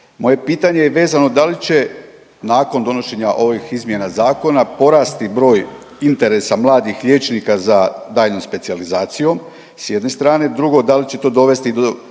Moje pitanje je vezano da li će nakon donošenja ovih izmjena zakona porasti broj interesa mladih liječnika za daljnjom specijalizacijom s jedne strane? Drugo, da li će to dovesti do